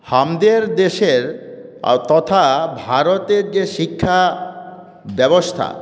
আমাদের দেশের তথা ভারতের যে শিক্ষা ব্যবস্থা